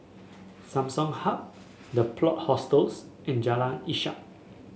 Samsung Hub The Plot Hostels and Jalan Ishak